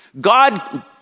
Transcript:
God